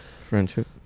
friendship